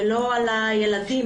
ולא על הילדים,